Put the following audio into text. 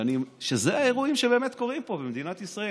שאלה האירועים שבאמת קורים פה במדינת ישראל.